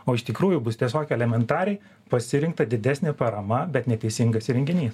o iš tikrųjų bus tiesiog elementariai pasirinkta didesnė parama bet neteisingas įrenginys